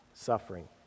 suffering